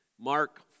Mark